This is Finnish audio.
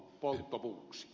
arvoisa puhemies